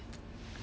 food